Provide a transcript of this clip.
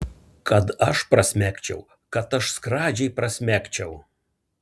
kad aš prasmegčiau kad aš skradžiai prasmegčiau